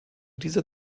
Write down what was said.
dieser